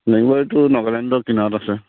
এইটো নগালেণ্ডৰ কিনাৰত আছে